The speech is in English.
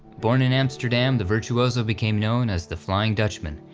born in amsterdam, the virtuoso became known as the flying dutchman,